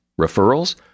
Referrals